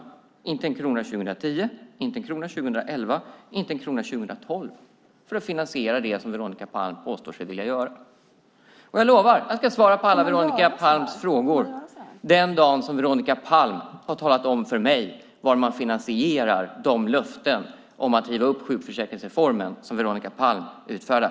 Det är inte en krona 2010, inte en krona 2011 och inte en krona 2012 för att finansiera det som Veronica Palm påstår sig vilja göra. Jag lovar att jag ska svara på alla Veronica Palms frågor den dag som Veronica Palm har talat om för mig var man finansierar de löften om att riva upp sjukförsäkringsreformen som Veronica Palm utfärdar.